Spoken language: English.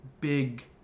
big